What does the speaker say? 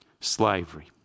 Slavery